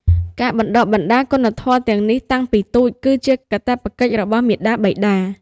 ការបណ្ដុះបណ្ដាលគុណធម៌ទាំងនេះតាំងពីតូច គឺជាកាតព្វកិច្ចរបស់មាតាបិតា។